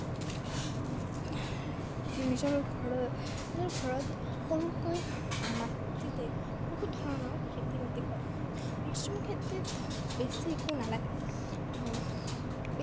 নিজৰ ঘৰত নিজৰ ঘৰত সৰুকৈ মাটিতে বহুত ধৰণৰ খেতি বাতি কৰে মাছৰুম খেতিত বেছি একো নালাগে